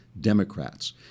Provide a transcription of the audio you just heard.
Democrats